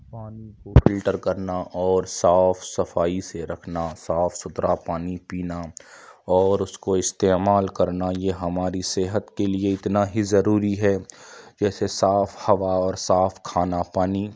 پانی کو فلٹر کرنا اور صاف صفائی سے رکھنا صاف سُتھرا پانی پینا اور اُس کو استعمال کرنا یہ ہماری صحت کے لیے اتنا ہی ضروری ہے جیسے صاف ہَوا اور صاف کھانا پانی